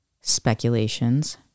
speculations